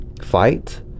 fight